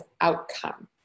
outcome